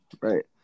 Right